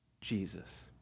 Jesus